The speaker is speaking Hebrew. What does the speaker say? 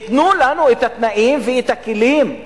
תנו לנו את התנאים ואת הכלים.